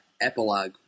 epilogue